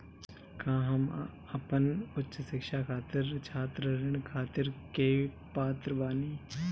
का हम अपन उच्च शिक्षा खातिर छात्र ऋण खातिर के पात्र बानी?